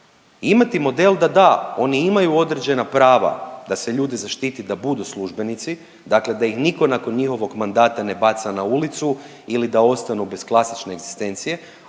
imati model da da, oni imaju određena prava da se ljudi zaštite, da budu službenici, dakle da ih nitko nakon njihovog mandata ne baca na ulicu ili da ostanu bez klasične egzistencije,